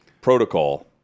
protocol